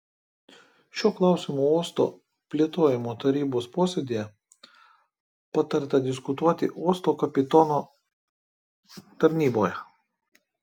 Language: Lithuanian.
šiuo klausimu uosto plėtojimo tarybos posėdyje patarta diskutuoti uosto kapitono tarnyboje